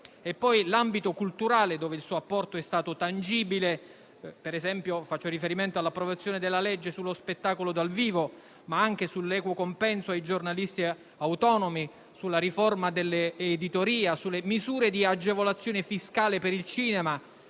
Nell'ambito culturale il suo apporto è stato tangibile, come dimostrano l'approvazione della legge sullo spettacolo dal vivo, ma anche la legge sull'equo compenso ai giornalisti autonomi, la riforma dell'editoria, le misure di agevolazione fiscale per il cinema